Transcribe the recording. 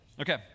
Okay